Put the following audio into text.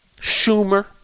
Schumer